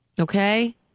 Okay